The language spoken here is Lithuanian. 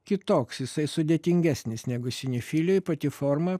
kitoks jisai sudėtingesnis negu sinifilijoj pati forma